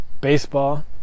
baseball